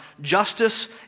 justice